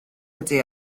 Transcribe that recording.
ydy